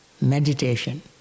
meditation